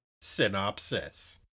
synopsis